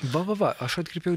va va va aš atkreipiau